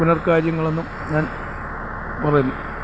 പുനർകാര്യങ്ങളെന്നും ഞാൻ പറയുന്നു